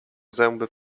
zęby